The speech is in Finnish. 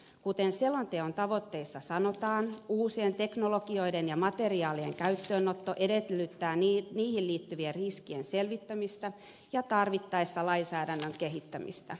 kuten selonteon tavoitteissa sanotaan uusien teknologioiden ja materiaalien käyttöönotto edellyttää niihin liittyvien riskien selvittämistä ja tarvittaessa lainsäädännön kehittämistä